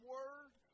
Word